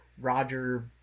Roger